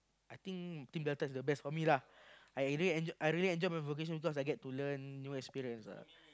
I think team Delta is the best for me lah I really I really enjoyed my vocation because I get to learn new experience ah